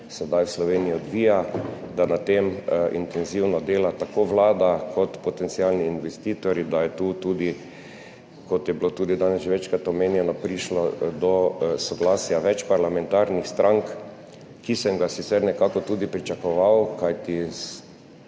sedaj v Sloveniji odvija, da na tem intenzivno dela tako vlada kot potencialni investitorji, da je tu tudi, kot je bilo danes že večkrat omenjeno, prišlo do soglasja več parlamentarnih strank, ki sem ga sicer nekako tudi pričakoval.